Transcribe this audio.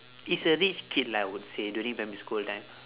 is a rich kid lah I would say during primary school time